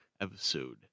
episode